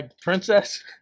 Princess